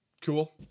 Cool